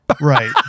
Right